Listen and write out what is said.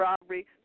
robbery